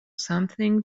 something